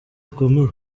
zikomeye